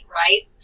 right